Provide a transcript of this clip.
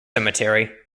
cemetery